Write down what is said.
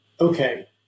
okay